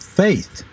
faith